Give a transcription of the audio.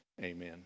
Amen